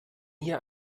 hier